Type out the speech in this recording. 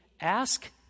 ask